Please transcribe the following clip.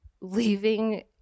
leaving